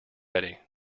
ready